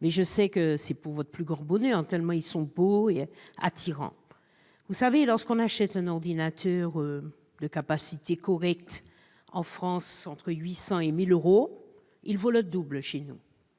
mais je sais que c'est pour votre plus grand bonheur, tellement ils sont beaux et attirants ... Lorsque l'on achète, en France, un ordinateur de capacité correcte entre 800 euros et 1 000 euros, il vaut le double chez nous,